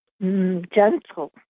gentle